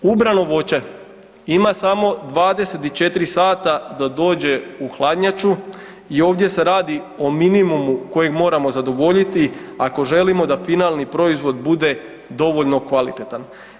Ubrano voće ima samo 24 sata da dođe u hladnjaču i ovdje se radi o minimumu kojeg moramo zadovoljiti ako želimo da finalni proizvod bude dovoljno kvalitetan.